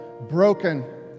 broken